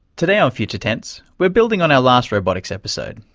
today on future tense, we're building on our last robotics episode,